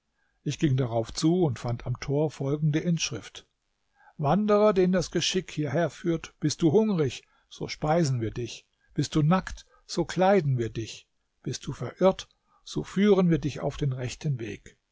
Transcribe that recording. ich ging darauf zu und fand am tor folgende inschrift wanderer den das geschick hierher führt bist du hungrig so speisen wir dich bist du nackt so kleiden wir dich bist du verirrt so führen wir dich auf den rechten weg